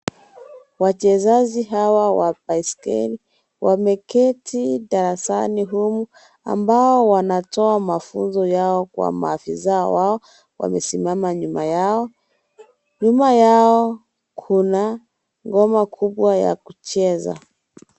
Wachezaji hawa wa baiskeli wameketi darasani humu ambao wanatoa mafunzo yao kwa maafisa wao wamesimama nyuma yao nyuma yao kuna ngoma kubwa ya kucheza.